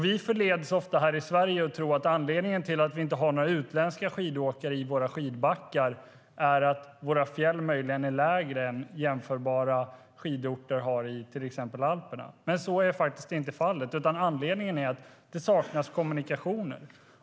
Vi förleds ofta här i Sverige att tro att anledningen till att vi inte har några utländska skidåkare i våra skidbackar är att våra fjäll möjligen är lägre än de är på jämförbara skidorter i till exempel Alperna. Men så är faktiskt inte fallet, utan anledningen är att det saknas kommunikationer.